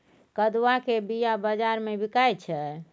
कदुआ केर बीया बजार मे बिकाइ छै